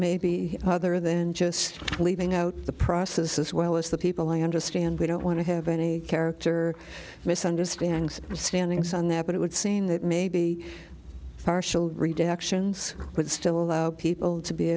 maybe other than just leaving out the process as well as the people i understand we don't want to have any character misunderstandings standings on that but it would seem that maybe partial redactions would still allow people to be